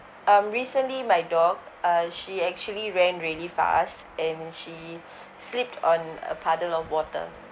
um recently my dog uh she actually ran really fast and she slipped on a puddle of water